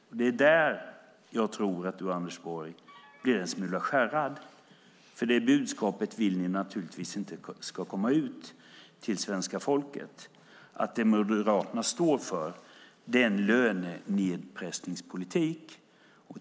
Det är där jag tror att du, Anders Borg, blir en smula skärrad, för ni vill naturligtvis inte att det budskapet ska komma ut till svenska folket, att det Moderaterna står för är en lönenedpressningspolitik.